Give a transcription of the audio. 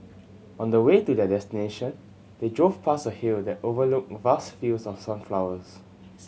on the way to their destination they drove past a hill that overlooked vast fields of sunflowers